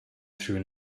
through